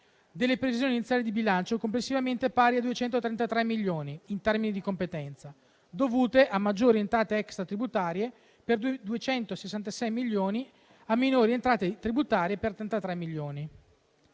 delle previsioni iniziali di bilancio complessivamente pari a 233 milioni in termini di competenza, dovute a maggiori entrate extratributarie per 266 milioni e a minori entrate tributarie per 33 milioni.